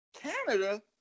Canada